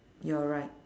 you are right